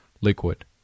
liquid